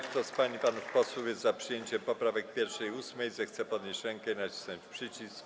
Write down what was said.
Kto z pań i panów posłów jest za przyjęciem poprawek 1. i 8., zechce podnieść rękę i nacisnąć przycisk.